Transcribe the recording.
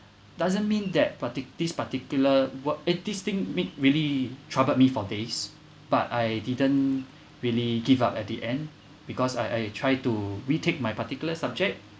doesn't mean that parti~ this particular what it this thing make really troubled me for days but I didn't really give up at the end because I I try to retake my particular subject